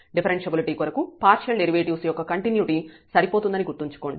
differentiability కొరకు partial derivatives యొక్క continuity సరిపోతుందని గుర్తుంచుకోండి